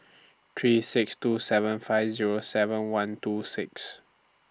three six two seven five Zero seven one two six